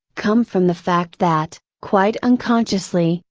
come from the fact that, quite unconsciously,